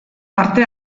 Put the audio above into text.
parte